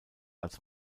als